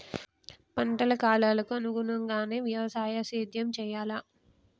పంటల కాలాలకు అనుగుణంగానే వ్యవసాయ సేద్యం చెయ్యాలా?